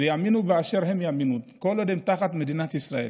יאמינו באשר הם יאמינו, כל עוד הם תחת מדינת ישראל